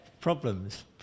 problems